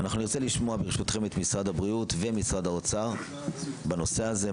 אנחנו נרצה לשמוע ברשותכם את משרד הבריאות ומשרד האוצר בנושא הזה,